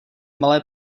malé